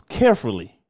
carefully